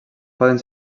poden